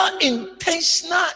intentional